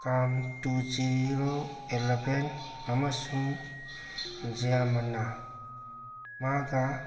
Kaam to zero eleven ꯑꯃꯁꯨꯡ ꯖꯤꯌꯥꯃꯅꯥ ꯃꯥꯒ